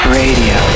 radio